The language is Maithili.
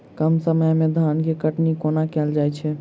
कम समय मे धान केँ कटनी कोना कैल जाय छै?